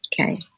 Okay